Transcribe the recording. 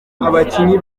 abakinnyi